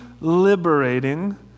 liberating